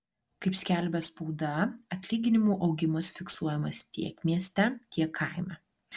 kaip skelbia spauda atlyginimų augimas fiksuojamas tiek mieste tiek kaime